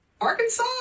Arkansas